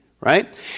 right